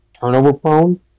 turnover-prone